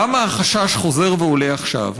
למה החשש חוזר ועולה עכשיו?